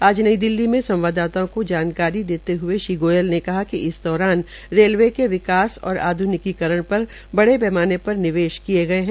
आज नई दिल्ली में संवाददाताओं को जानकारी देते हुए श्री गोयल ने कहा कि इस दौरान रेलवे के विकास और आधनिकीकरण पर बड़े पैमाने पर निवेश किया गया है